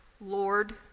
Lord